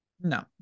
No